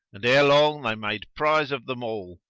and ere long they made prize of them all,